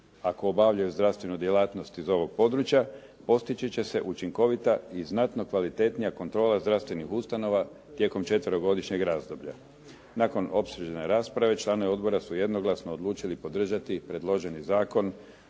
ako obavljaju zdravstvenu djelatnost iz ovog područja postići će se učinkovita i znatno kvalitetnija kontrola zdravstvenih ustanova tijekom četverogodišnjeg razdoblja. Nakon opsežne rasprave članovi odbora su jednoglasno odlučili podržati predloženi Zakon